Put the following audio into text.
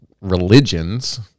religions